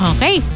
Okay